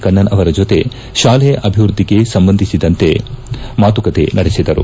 ಕಣ್ಣನ್ ಅವರ ಜೊತೆ ಶಾಲೆ ಅಭಿವೃದ್ದಿಗೆ ಸಂಬಂಧಿಸಿದಂತೆ ಚರ್ಜೆ ನಡೆಸಿದರು